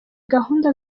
gahunda